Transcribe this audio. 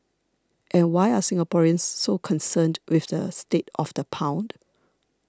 and why are Singaporeans so concerned with the state of the pound